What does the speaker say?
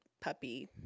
puppy